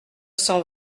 cent